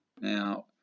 Now